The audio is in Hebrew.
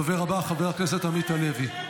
הדובר הבא, חבר הכנסת עמית הלוי.